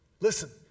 Listen